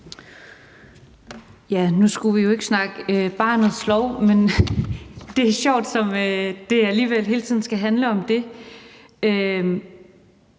Nu skulle vi jo ikke snakke barnets lov, men det er sjovt, som det alligevel hele tiden skal handle om det.